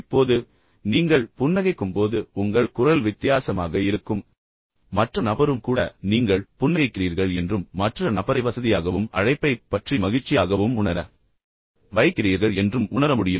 இப்போது நீங்கள் புன்னகைக்கும்போது உங்கள் குரல் வித்தியாசமாக இருக்கும் மற்ற நபரும் கூட நீங்கள் புன்னகைக்கிறீர்கள் என்றும் மற்ற நபரை வசதியாகவும் அழைப்பைப் பற்றி மகிழ்ச்சியாகவும் உணர வைக்கிறீர்கள் என்றும் உணர முடியும்